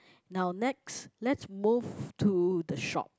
now next let's move to the shop